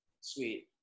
sweet